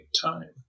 time